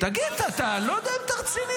תגיד, אתה, אני לא יודע אם אתה רציני.